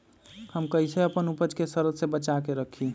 हम कईसे अपना उपज के सरद से बचा के रखी?